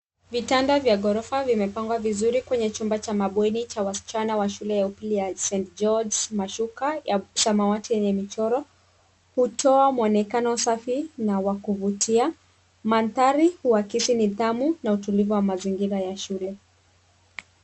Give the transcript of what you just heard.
Vitanda vya gorofa vimepangwa vizuri kwenye chumba cha mabweni cha wasichana wa shule ya upili ya St. George's, Mashuka, samawati yenye michoro. Hutoa muonekano safi na wa kuvutia. Mandhari, huakisi nidhamu na utulivu wa mazingira ya shule.